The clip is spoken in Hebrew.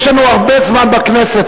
יש לנו הרבה זמן בכנסת,